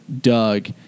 doug